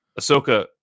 ahsoka